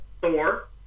Thor